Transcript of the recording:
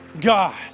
God